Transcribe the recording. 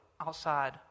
outside